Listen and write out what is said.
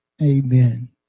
Amen